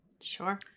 Sure